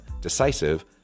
decisive